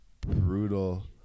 brutal